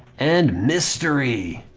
and mystery!